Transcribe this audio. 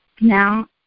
Now